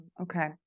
Okay